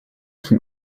from